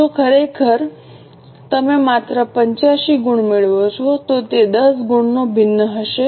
જો ખરેખર તમે માત્ર 85 ગુણ મેળવો છો તો તે 10 ગુણનો ભિન્ન હશે